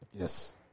Yes